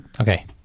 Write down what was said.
okay